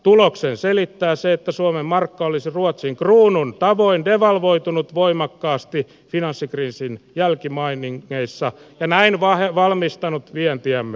tuloksen selittää se että suomen markka olisi ruotsin kruunun tavoin devalvoitunut voimakkaasti finanssikriisin jälkimainingeissa ja näin valmistanut vientiämme